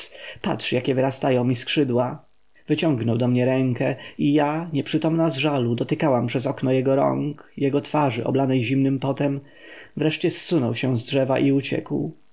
patrz jakie wyrastają mi skrzydła wyciągnął do mnie rękę i ja nieprzytomna z żalu dotykałam przez okno jego rąk jego twarzy oblanej zimnym potem wreszcie zsunął się z drzewa i uciekł